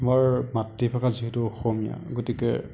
মোৰ মাতৃভাষা যিহেতু অসমীয়া গতিকে